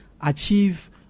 achieve